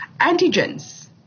antigens